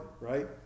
right